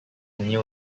new